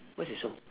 what's that sound